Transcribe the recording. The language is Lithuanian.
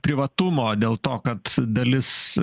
privatumo dėl to kad dalis